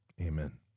Amen